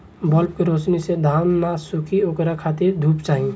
bulb के रौशनी से धान न सुखी ओकरा खातिर धूप चाही